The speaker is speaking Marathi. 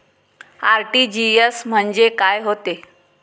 आर.टी.जी.एस म्हंजे काय होते?